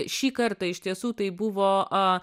šį kartą iš tiesų tai buvo